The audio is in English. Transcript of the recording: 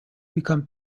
become